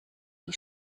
die